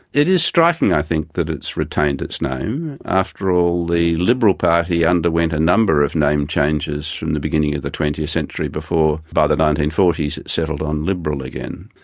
it is striking, i think, that it's retained its name after all, the liberal party underwent a number of name changes from the beginning of the twentieth century before, by the nineteen forty s, it settled on liberal again.